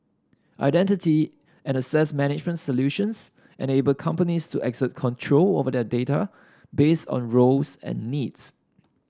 identity and access management solutions and enable companies to exert control over their data based on roles and needs